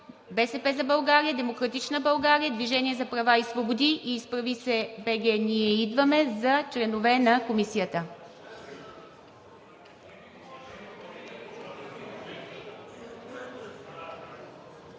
„БСП за България“, „Демократична България“, „Движение за права и свободи“ и „Изправи се БГ! Ние идваме!“ за членове на комисията.